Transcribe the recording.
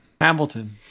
Hamilton